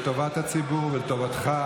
לטובת הציבור ולטובתך